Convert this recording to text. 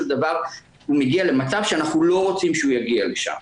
דבר הוא מגיע למצב שאנחנו לא רוצים שהוא יגיע לשם,